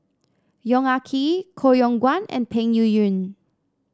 Yong Ah Kee Koh Yong Guan and Peng Yuyun